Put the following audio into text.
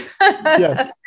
Yes